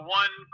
one